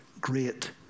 great